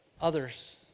others